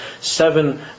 seven